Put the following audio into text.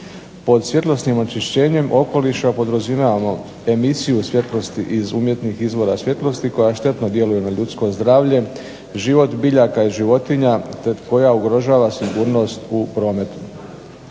Pod svjetlosnim onečišćenjem okoliša …/Govornik se ne razumije./… emisiju svjetlosti iz umjetnih izvora svjetlosti koja štetno djeluju na ljudsko zdravlje, život biljaka i životinja koja ugrožava sigurnost u prometu.